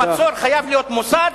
המצור חייב להיות מוסר,